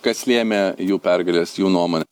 kas lėmė jų pergales jų nuomone